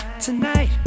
tonight